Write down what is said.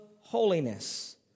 holiness